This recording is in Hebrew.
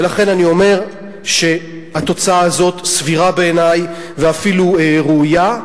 ולכן אני אומר שהתוצאה הזאת סבירה בעיני ואפילו ראויה,